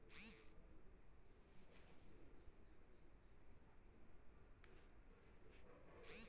ನನ್ನ ತೊಗರಿ ಬೆಳೆಗೆ ಕೊಯ್ಲು ಮುಗಿದ ಮೇಲೆ ಹುಳು ಬೇಳದ ಹಾಗೆ ಶೇಖರಿಸಲು ಏನು ಮಾಡಬೇಕು?